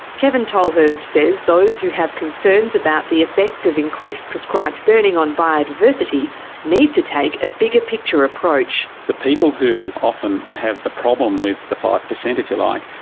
kevin tolhurst says those who have concerns about the effect of increased prescribed burning on biodiversity need to take a bigger picture approach. the people who often have the problem with the five per cent, if you like,